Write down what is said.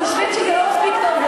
חושבים שזה לא מספיק טוב.